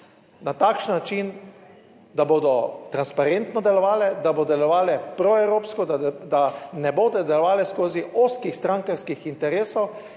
na takšen način, da bodo transparentno delovale, da bodo delovale proevropsko, da ne bodo delovale skozi ozkih strankarskih interesov